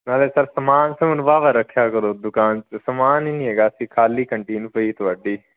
ਨਾਲੇ ਸਰ ਸਮਾਨ ਸਮੁਨ ਵਾਹਵਾ ਰੱਖਿਆ ਕਰੋ ਦੁਕਾਨ 'ਚ ਸਮਾਨ ਹੀ ਨਹੀਂ ਹੈਗਾ ਸੀ ਖਾਲੀ ਕੰਟੀਨ ਪਈ ਤੁਹਾਡੀ